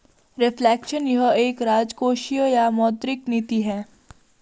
reflection यह एक राजकोषीय या मौद्रिक नीति है